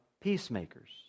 peacemakers